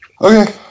Okay